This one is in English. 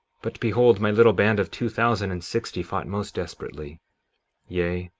but behold, my little band of two thousand and sixty fought most desperately yea,